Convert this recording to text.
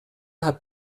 hat